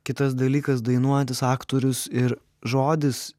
kitas dalykas dainuojantis aktorius ir žodis